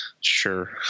Sure